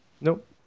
Nope